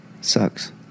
Sucks